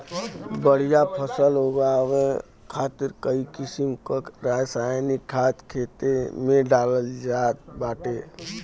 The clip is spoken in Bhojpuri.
बढ़िया फसल उगावे खातिर कई किसिम क रासायनिक खाद खेते में डालल जात बाटे